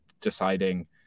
deciding